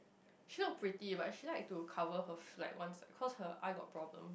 she look pretty but she like to cover her fl~ ones cause her eyes got problem